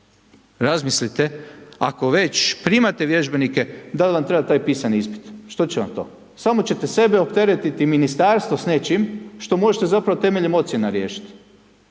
razmislite, ako već primate vježbenike, dal vam treba taj pisani ispit, što će vam to? Samo ćete sebe opteretiti i Ministarstvo s nečim što možete temeljem ocjena riješiti,